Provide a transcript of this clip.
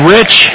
Rich